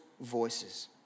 voices